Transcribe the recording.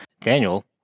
Daniel